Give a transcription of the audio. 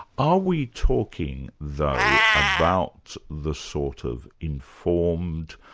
are we talking though about the sort of informed,